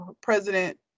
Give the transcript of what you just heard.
president